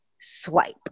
swipe